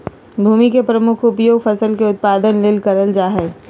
भूमि के प्रमुख उपयोग फसल के उत्पादन ले करल जा हइ